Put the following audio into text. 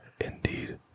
Indeed